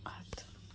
அடுத்து